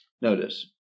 notice